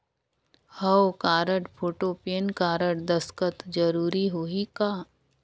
हव card, photo, PAN card, दस्खत जरूरी होही का?